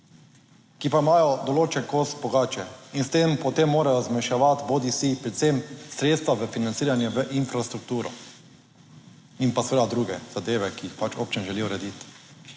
ki pa imajo določen kos pogače in s tem potem morajo zmanjševati bodisi predvsem sredstva v financiranje v infrastrukturo in pa seveda druge zadeve, ki jih pač občina želi urediti.